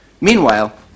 Meanwhile